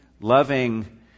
loving